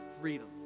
freedom